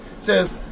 Says